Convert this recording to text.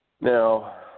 Now